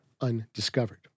undiscovered